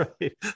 right